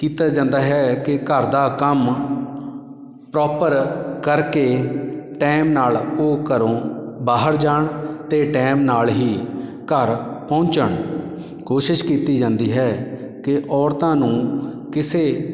ਕੀਤਾ ਜਾਂਦਾ ਹੈ ਕਿ ਘਰ ਦਾ ਕੰਮ ਪ੍ਰੋਪਰ ਕਰਕੇ ਟੈਮ ਨਾਲ ਉਹ ਘਰੋਂ ਬਾਹਰ ਜਾਣ ਅਤੇ ਟੈਮ ਨਾਲ ਹੀ ਘਰ ਪਹੁੰਚਣ ਕੋਸ਼ਿਸ਼ ਕੀਤੀ ਜਾਂਦੀ ਹੈ ਕਿ ਔਰਤਾਂ ਨੂੰ ਕਿਸੇ